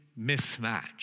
mismatch